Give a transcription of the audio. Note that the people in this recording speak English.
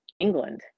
England